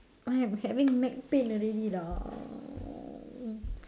I am having neck pain already lah